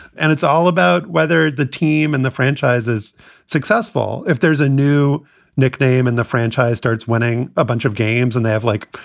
and it's all about whether the team and the franchise is successful. if there's a new nickname in the franchise, starts winning a bunch of games and they have like,